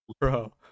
Bro